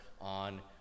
on